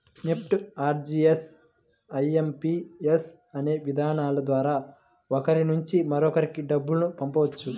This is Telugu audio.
నెఫ్ట్, ఆర్టీజీయస్, ఐ.ఎం.పి.యస్ అనే విధానాల ద్వారా ఒకరి నుంచి మరొకరికి డబ్బును పంపవచ్చు